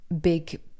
big